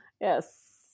Yes